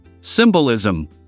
Symbolism